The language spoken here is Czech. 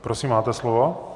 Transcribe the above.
Prosím máte slovo.